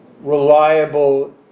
reliable